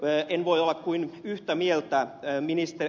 en voi olla kuin yhtä mieltä ed